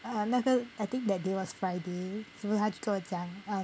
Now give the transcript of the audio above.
err 那个 I think that day was friday 他就跟我讲